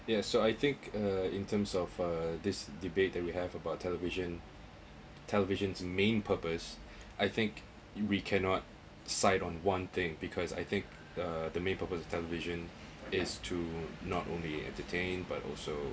yeah so I think uh in terms of uh this debate that we have about television television's main purpose I think we cannot side on one thing because I think uh the main purpose the television is to not only entertain but also